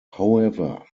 however